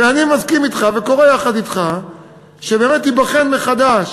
אני מסכים אתך וקורא יחד אתך שבאמת ייבחן מחדש